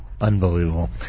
unbelievable